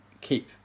keep